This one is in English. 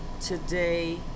today